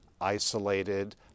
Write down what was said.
isolated